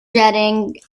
jetting